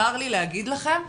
צר לי להגיד לכם,